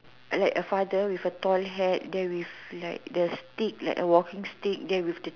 like a father with a toy hat then with like the stick like a walking stick then with the